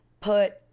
put